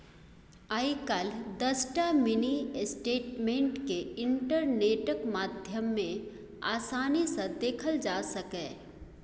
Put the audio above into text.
आइ काल्हि दसटा mini statement केँ इंटरनेटक माध्यमे आसानी सँ देखल जा सकैए